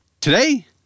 Today